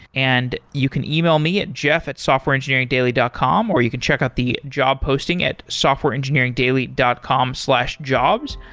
and you can email me at jeff at softwareengineeringdaily dot com or you can check out the job posting at softwareengineeringdaily dot com slash jobs.